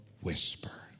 whisper